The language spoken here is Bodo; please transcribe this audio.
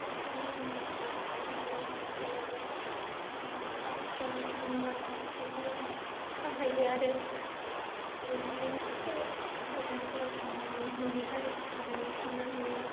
दाथ' मोजां जाजोबबाय नालाय लामाफोराबो बेनो खाथि खालायाव थांबाल' सायखेल थांखायो आरो बिदिनो एसे गोजानफोराव थांबाबो न'नि गारिफोरजों थांनो हायो